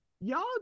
y'all